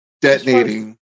detonating